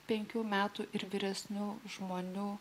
penkių metų ir vyresnių žmonių